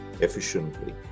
efficiently